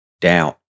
doubt